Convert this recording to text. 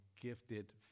gifted